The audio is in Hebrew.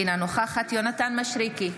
אינה נוכחת יונתן מישרקי,